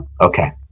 Okay